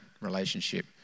relationship